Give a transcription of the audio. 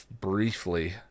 briefly